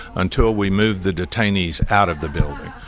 until we move the detainees out of the building.